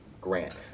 Grant